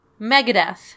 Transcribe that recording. Megadeth